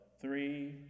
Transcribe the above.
three